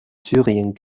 syrien